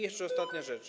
Jeszcze ostatnia rzecz.